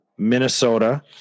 Minnesota